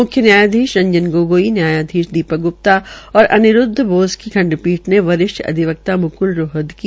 मुख्य न्ययाधीश रंजन गोगोई न्यायधीश दीपक गुप्ता और अनिरूद्व बोस की खंडपीठ के वरिष्ठ अधिवक्ता मुक्ल रोहतगी